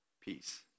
peace